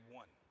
one